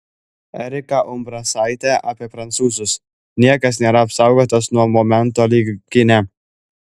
erika umbrasaitė apie prancūzus niekas nėra apsaugotas nuo momento lyg kine